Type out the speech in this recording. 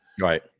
right